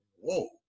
whoa